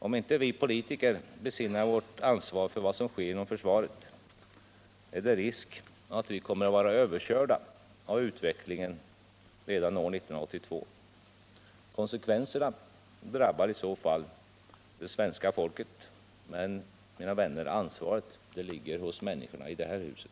Om inte vi politiker besinnar vårt ansvar för vad som sker inom försvaret, är det risk att vi kommer att vara överkörda av utvecklingen redan år 1982. Konsekvenserna drabbar i så fall svenska folket, men, mina vänner, ansvaret ligger hos människorna i det här huset.